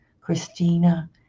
christina